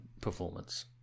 performance